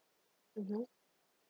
mmhmm